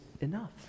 enough